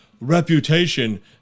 reputation